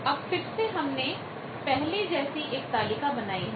अब फिर से हमने पहले जैसी एक तालिका बनाई है